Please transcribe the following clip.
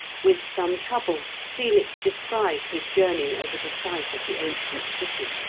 with some trouble felix described his journey over the site of the ancient city,